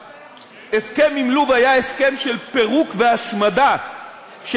ההסכם עם לוב היה הסכם של פירוק והשמדה של